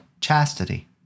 chastity